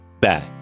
back